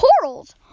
Corals